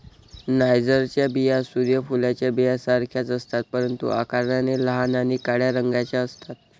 नायजरच्या बिया सूर्य फुलाच्या बियांसारख्याच असतात, परंतु आकाराने लहान आणि काळ्या रंगाच्या असतात